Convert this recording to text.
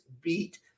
beat